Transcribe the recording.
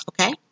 Okay